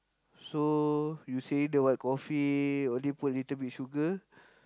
so you saying the white coffee only put little bit sugar